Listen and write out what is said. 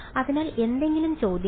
അതിനാൽ എന്തെങ്കിലും ചോദ്യങ്ങൾ